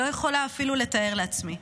לא יכולה אפילו לתאר לעצמי.